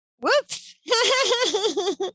Whoops